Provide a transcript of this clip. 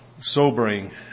Sobering